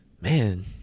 Man